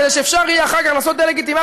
כדי שאפשר יהיה אחר כך לעשות דה-לגיטימציה